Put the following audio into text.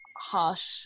harsh